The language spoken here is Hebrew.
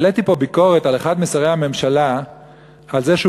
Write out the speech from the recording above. העליתי פה ביקורת על אחד משרי הממשלה על זה שהוא